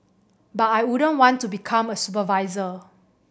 but I wouldn't want to become a supervisor